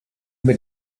mit